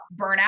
burnout